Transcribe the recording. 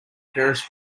ferris